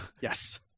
Yes